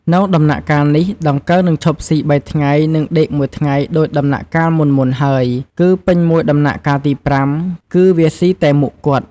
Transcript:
នៅដំណាក់កាលនេះ ដង្កូវនឹងឈប់ស៊ី៣ថ្ងៃ និងដេកមួយថ្ងៃដូចដំណាក់កាលមុនៗហើយ គឺពេញមួយដំណាក់កាលទី៥ គឺវាស៊ីតែមុខគត់។